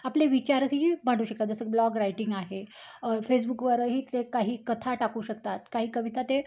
आपले विचारही मांडू शकतात जसं ब्लॉग रायटिंग आहे फेसबुकवरही ते काही कथा टाकू शकतात काही कविता ते